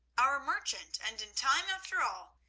our merchant and in time after all,